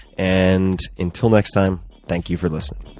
and, until next time, thank you for listening.